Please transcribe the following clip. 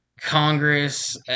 Congress